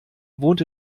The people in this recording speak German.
wohnt